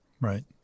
Right